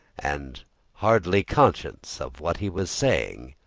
and hardly conscious of what he was saying,